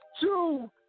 two